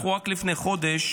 רק לפני חודש